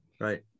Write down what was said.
right